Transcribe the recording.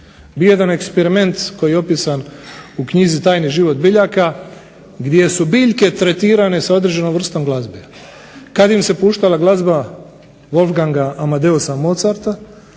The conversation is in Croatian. je jedan eksperiment koji je opisan u knjizi "Tajni život biljaka" gdje su biljke tretirane sa određenom vrstom glazbe. Kada im se puštala glazba Wolfganga Amadeusa Mozarta